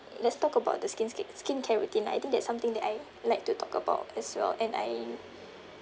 let's talk about the skins care skincare routine I think that's something that I like to talk about as well and I